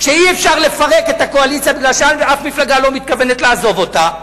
כשאי-אפשר לפרק את הקואליציה בגלל שאף מפלגה לא מתכוונת לעזוב אותה,